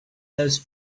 those